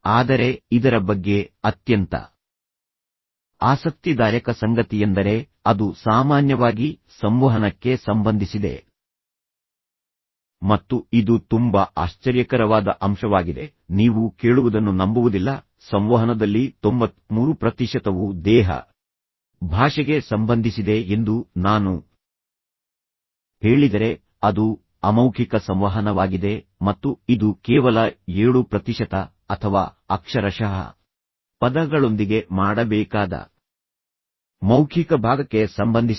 ಆದರೆ ಇದರ ಬಗ್ಗೆ ಅತ್ಯಂತ ಆಸಕ್ತಿದಾಯಕ ಸಂಗತಿಯೆಂದರೆ ಅದು ಸಾಮಾನ್ಯವಾಗಿ ಸಂವಹನಕ್ಕೆ ಸಂಬಂಧಿಸಿದೆ ಮತ್ತು ಇದು ತುಂಬಾ ಆಶ್ಚರ್ಯಕರವಾದ ಅಂಶವಾಗಿದೆ ನೀವು ಕೇಳುವುದನ್ನು ನಂಬುವುದಿಲ್ಲ ಸಂವಹನದಲ್ಲಿ 93 ಪ್ರತಿಶತವು ದೇಹಭಾಷೆಗೆ ಸಂಬಂಧಿಸಿದೆ ಎಂದು ನಾನು ಹೇಳಿದರೆ ಅದು ಅಮೌಖಿಕ ಸಂವಹನವಾಗಿದೆ ಮತ್ತು ಇದು ಕೇವಲ 7 ಪ್ರತಿಶತ ಅಥವಾ ಅಕ್ಷರಶಃ ಪದಗಳೊಂದಿಗೆ ಮಾಡಬೇಕಾದ ಮೌಖಿಕ ಭಾಗಕ್ಕೆ ಸಂಬಂಧಿಸಿದೆ